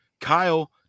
Kyle